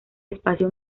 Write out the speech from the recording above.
espacio